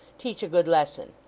teach a good lesson.